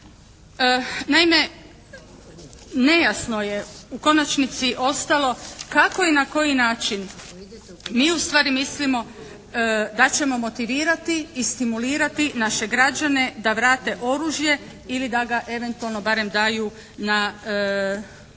Naime, nejasno je u konačnici ostalo kako i na koji način mi ustvari mislimo da ćemo motivirati i stimulirati naše građane da vrate oružje ili da ga eventualno barem daju na